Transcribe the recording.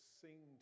sing